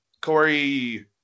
Corey